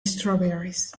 strawberries